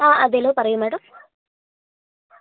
ആ അതെയല്ലൊ പറയൂ മാഡം